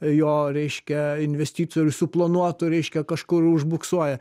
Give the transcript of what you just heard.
jo reiškia investicijų ir suplanuotų reiškia kažkur užbuksuoja